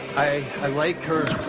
i i like her.